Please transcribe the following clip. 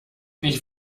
ich